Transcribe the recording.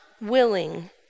willing